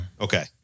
Okay